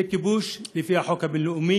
זה כיבוש לפי החוק הבין-לאומי,